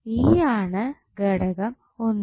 E ആണ് ഘടകം ഒന്ന്